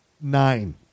nine